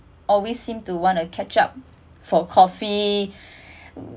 always seem to want to catch up for coffee